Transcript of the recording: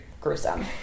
gruesome